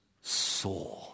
saw